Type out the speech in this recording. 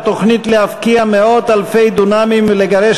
התוכנית להפקיע מאות-אלפי דונמים ולגרש